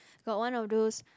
got one of those